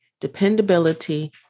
dependability